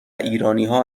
ایرانیها